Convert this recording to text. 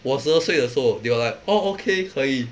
我十二岁的时候 they were like oh okay 可以